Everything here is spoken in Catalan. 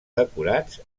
decorats